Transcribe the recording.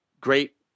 Great